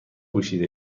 پوشیده